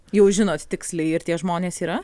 jau žinot tiksliai ir tie žmonės yra